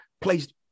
placed